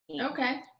okay